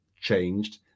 changed